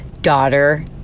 daughter